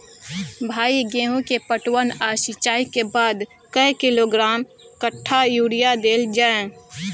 भाई गेहूं के पटवन आ सिंचाई के बाद कैए किलोग्राम कट्ठा यूरिया देल जाय?